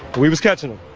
we was catching them,